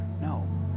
No